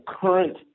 current